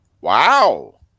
Wow